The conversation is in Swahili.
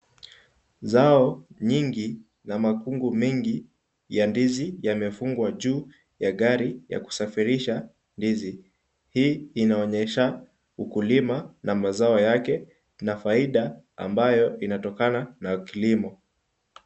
Zao nyingi na makungu mengi ya ndizi yamefungwa juu ya gari ya kusafirisha ndizi. Hii inaonyesha ukulima na mazao yake na faida ambayo inatokana na kilimo.